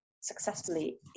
successfully